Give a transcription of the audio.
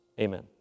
Amen